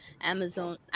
Amazon